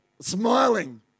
smiling